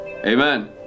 Amen